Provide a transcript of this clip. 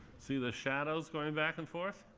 see the shadows going back and forth?